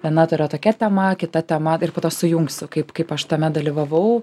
viena tai yra tokia tema kita tema ir po to sujungsiu kaip kaip aš tame dalyvavau